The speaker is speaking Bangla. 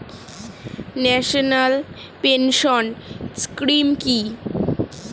ন্যাশনাল পেনশন স্কিম কি?